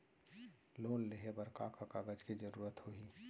Loan लेहे बर का का कागज के जरूरत होही?